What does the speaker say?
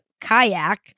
kayak